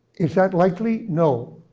is that likely? no.